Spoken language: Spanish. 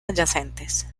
adyacentes